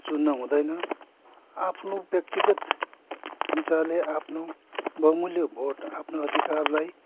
चुन्न हुँदैन आफ्नो व्यक्तिगत विचारले आफ्नो बहुमूल्य भोट आफ्नो अधिकारलाई